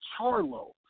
Charlo